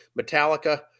Metallica